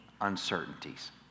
uncertainties